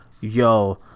yo